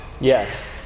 Yes